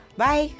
Bye